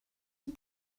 and